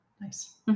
Nice